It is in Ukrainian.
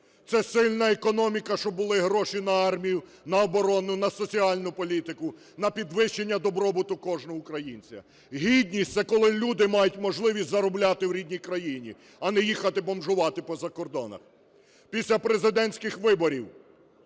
це сильна економіка, щоб були гроші на армію, на оборону, на соціальну політику, на підвищення добробуту кожного українця. Гідність – це коли люди мають можливість заробляти в рідній країні, а не їхатибомжувати по закордонах. Після президентських виборів